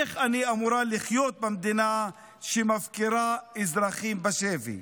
איך אני אמורה לחיות במדינה שמפקירה אזרחים בשבי?"